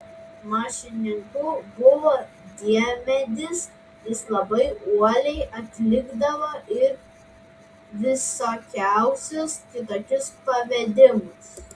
mašininku buvo diemedis jis labai uoliai atlikdavo ir visokiausius kitokius pavedimus